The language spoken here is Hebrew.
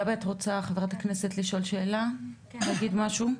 חה"כ גבי, את רוצה לשאול שאלה או להגיד משהו?